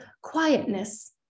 quietness